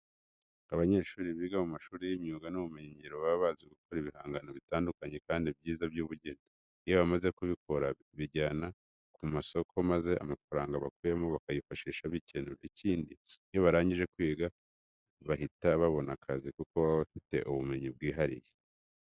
Abanyeshuri biga mu mashuri y'imyuga n'ubumenyingiro baba bazi gukora ibihangano bitandukanye kandi byiza by'ubugeni. Iyo bamaze kubikora babijyana ku masoko maze amafaranga bakuyemo bakayifashisha bikenura. Ikindi, iyo barangije kwiga bahita babona akazi kuko baba bafite ubumenyi bwihariye.